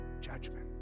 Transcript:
judgment